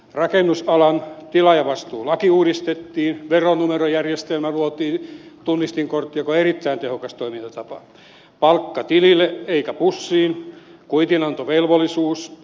rakennusalan tilaajavastuulaki uudistettiin veronumerojärjestelmä luotiin tunnistinkortti joka on erittäin tehokas toimintatapa palkka tilille eikä pussiin kuitinantovelvollisuus